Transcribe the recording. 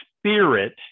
spirit